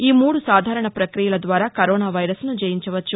ఈ మూడు సాధారణ పక్రియల ద్వారా కరోనా వైరస్ను జయించవచ్చు